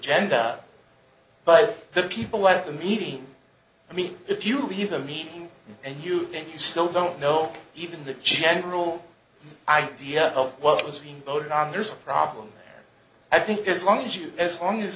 agenda but the people at the meeting i mean if you have a meeting and you still don't know even the general idea of what was being voted on there's a problem i think as long as you as long as